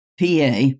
PA